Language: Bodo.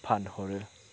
फानहरो